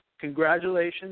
congratulations